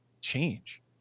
change